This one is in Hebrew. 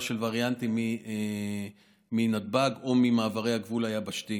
של וריאנטים מנתב"ג או ממעברי הגבול היבשתיים.